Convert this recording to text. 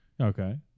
Okay